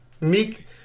Meek